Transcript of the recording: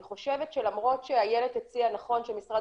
אני חושבת שלמרות שאיילת הציעה נכון שמשרד